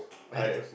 man